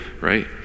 right